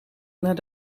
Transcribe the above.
naar